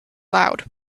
loud